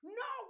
no